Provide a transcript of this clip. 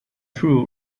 threw